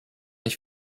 ich